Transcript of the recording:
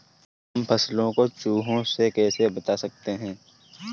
हम फसलों को चूहों से कैसे बचा सकते हैं?